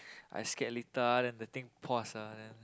I scared later ah then the thing pause ah then